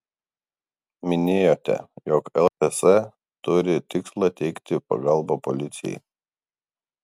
minėjote jog lšs turi tikslą teikti pagalbą policijai